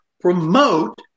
promote